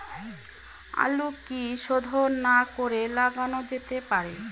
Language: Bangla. আলু কি শোধন না করে লাগানো যেতে পারে?